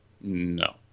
No